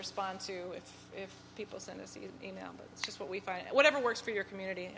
respond to with if people you know what we find whatever works for your community